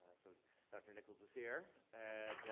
and so dr. nichols is here.